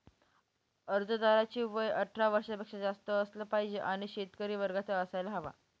अर्जदाराचे वय अठरा वर्षापेक्षा जास्त असलं पाहिजे आणि तो शेतकरी वर्गाचा असायला हवा